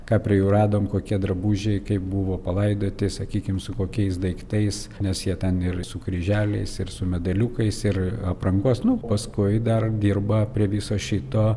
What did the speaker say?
ką prie jų radom kokie drabužiai kaip buvo palaidoti sakykim su kokiais daiktais nes jie ten ir su kryželiais ir su medaliukais ir aprangos nu paskui dar dirba prie viso šito